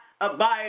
abide